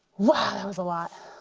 whoa that was a lot.